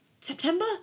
September